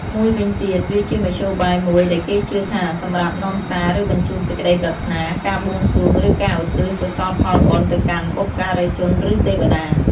មួយវិញទៀតវាជាមធ្យោបាយមួយដែរគេជឿថាសម្រាប់ នាំសារ ឬបញ្ជូនសេចក្ដីប្រាថ្នា ការបួងសួង ឬការឧទ្ទិសកុសលផលបុណ្យទៅកាន់បុព្វការីជន ឬទេវតា។